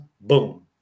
boom